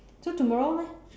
so tomorrow leh